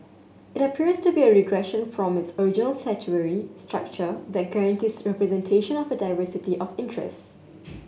it appears to be a regression from its original statutory structure that guarantees representation of a diversity of interest